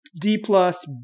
D-plus